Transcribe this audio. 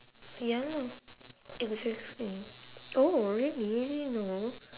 ya lah exactly oh really no